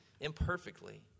imperfectly